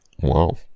Wow